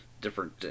different